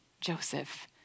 Joseph